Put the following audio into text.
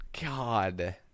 God